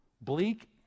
Bleak